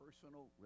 personal